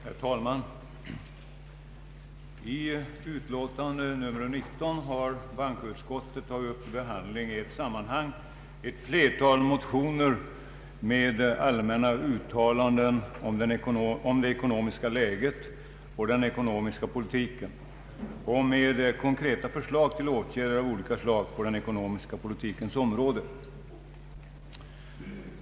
Herr talman! I utlåtande nr 19 har bankoutskottet tagit upp till behandling i ett sammanhang ett flertal motioner med allmänna uttalanden om det ekonomiska läget och den ekonomiska politiken och med konkreta förslag till åtgärder av olika slag på den ekonomiska politikens område.